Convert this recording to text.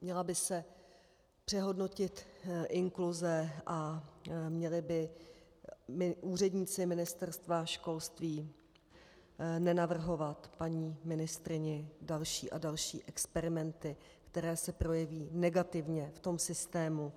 Měla by se přehodnotit inkluze a měli by úředníci Ministerstva školství nenavrhovat paní ministryni další a další experimenty, které se projeví negativně v tom systému.